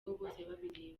bosebabireba